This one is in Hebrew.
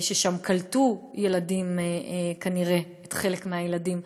ששם קלטו ילדים, כנראה חלק מהילדים,